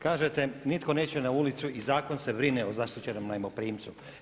Kažete nitko neće na ulicu i zakon se brine o zaštićenom najmoprimcu.